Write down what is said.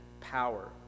power